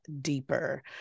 deeper